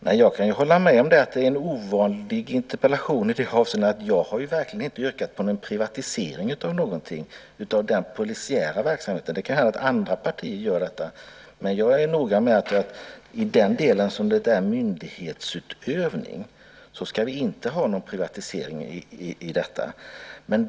Herr talman! Jag kan hålla med om att det är en ovanlig interpellation i det avseendet att jag verkligen inte har yrkat på någon privatisering av någon del av den polisiära verksamheten. Det kan hända att andra partier gör det, men jag är noga med att säga att i den delen som det handlar om myndighetsutövning ska vi inte ha någon privatisering i detta sammanhang.